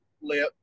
lip